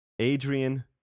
Adrian